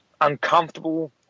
uncomfortable